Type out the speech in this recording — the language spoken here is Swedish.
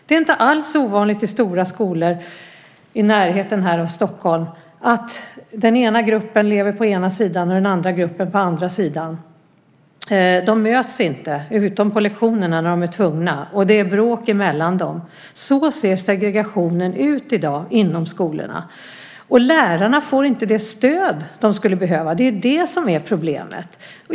Det är inte alls ovanligt i stora skolor i närheten av Stockholm att den ena gruppen lever på ena sidan och den andra gruppen på andra sidan. De möts bara på lektionerna, när de är tvungna, och det förekommer bråk mellan dem. Så ser segregationen inom skolorna ut i dag. Lärarna får inte det stöd som de skulle behöva. Det är det som är problemet.